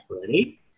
Ready